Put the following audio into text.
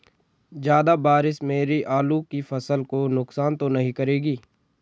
ज़्यादा बारिश मेरी आलू की फसल को नुकसान तो नहीं करेगी?